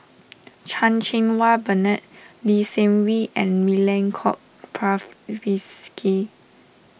Chan Cheng Wah Bernard Lee Seng Wee and Milenko Prvacki